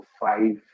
five